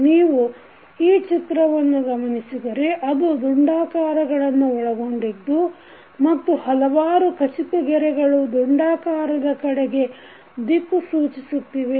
ನೀವು ಈ ಚಿತ್ರವನ್ನು ಗಮನಿಸಿದರೆ ಅದು ದುಂಡಾಕಾರಗಳನ್ನು ಒಳಗೊಂಡಿದ್ದು ಮತ್ತು ಹಲವಾರು ಖಚಿತ ಗೆರೆಗಳು ದುಂಡಾಕಾರದ ಕಡೆಗೆ ದಿಕ್ಕು ಸೂಚಿಸುತ್ತಿವೆ